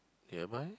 am I